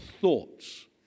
thoughts